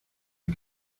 you